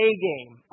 A-game